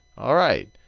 all right.